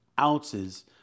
ounces